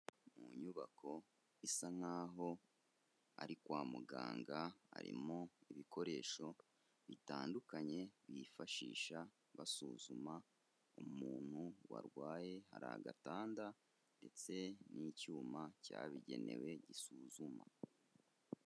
Mu nyubako isa nk'aho ari kwa muganga, harimo ibikoresho bitandukanye, bifashisha basuzuma umuntu warwaye, hari agatanda ndetse n'icyuma cyabigenewe gisuzuma.